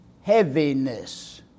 heaviness